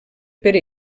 per